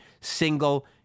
single